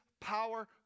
power